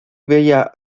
bella